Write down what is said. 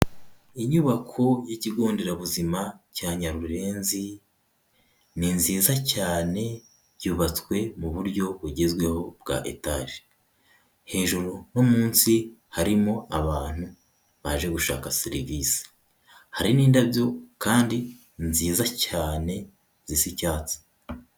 Inyubako y'ikigo nderabuzima cya Nyarurenzi, ni nziza cyane yubatswe mu buryo bugezweho bwa etaje, hejuru no munsi harimo abantu baje gushaka serivisi, hari n'indabyo kandi nziza cyane zisa icyatsi.